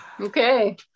Okay